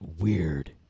weird